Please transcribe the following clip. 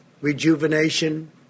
rejuvenation